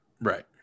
Right